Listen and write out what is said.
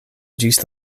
ĝis